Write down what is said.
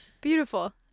Beautiful